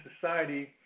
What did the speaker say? society